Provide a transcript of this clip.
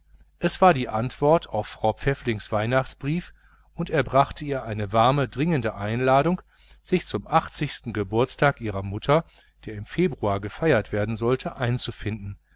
es war die antwort auf frau pfäfflings weihnachtsbrief und er brachte ihr eine warme dringende einladung sich zum achtzigsten geburtstag ihrer mutter der im februar gefeiert werden sollte einzufinden